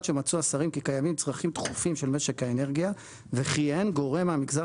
שמצאו השרים כי קיימים צרכים דחופים של משק האנרגיה וכי אין גורם מהמגזר